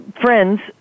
friends